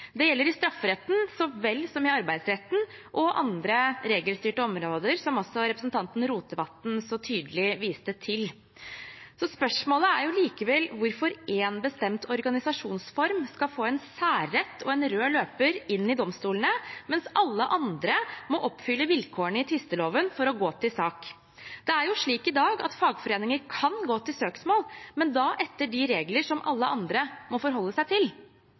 Det gjelder i strafferetten så vel som i arbeidsretten og på andre regelstyrte områder, som også representanten Rotevatn så tydelig viste til. Spørsmålet er likevel hvorfor én bestemt organisasjonsform skal få en særrett og en rød løper inn i domstolene, mens alle andre må oppfylle vilkårene i tvisteloven for å gå til sak. Det er jo slik i dag at fagforeninger kan gå til søksmål, men da etter de regler som alle andre må forholde seg til.